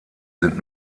sind